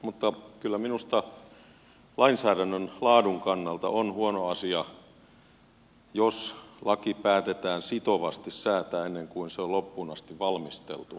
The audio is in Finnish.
mutta kyllä minusta lainsäädännön laadun kannalta on huono asia jos laki päätetään sitovasti säätää ennen kuin se on loppuun asti valmisteltu